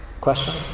Question